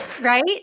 Right